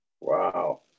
Wow